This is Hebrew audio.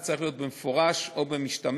זה יכול להיות במפורש או במשתמע,